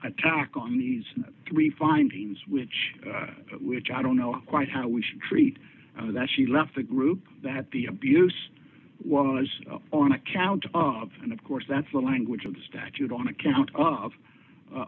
attack on these three findings which which i don't know quite how we should treat that she left the group that the abuse was on account of and of course that's the language of the statute on account of